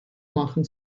machen